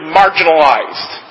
marginalized